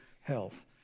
health